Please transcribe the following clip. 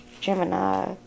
Gemini